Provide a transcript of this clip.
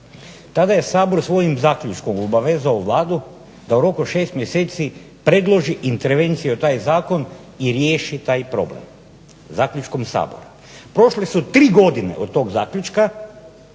Tada je Sabor svojim zaključkom obvezao Vladu da u roku 6 mjeseci predloži intervencije u taj zakon i riješi taj problem, zaključkom Sabora. Prošle su tri godine od tog zaključka,